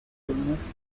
thomas